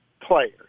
players